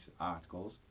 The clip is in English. articles